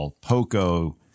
Poco